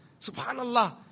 Subhanallah